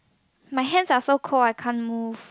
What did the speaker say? my hands are so cold I can't move